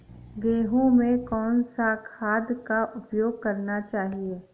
गेहूँ में कौन सा खाद का उपयोग करना चाहिए?